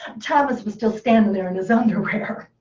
thomas was still standing there in his underwear.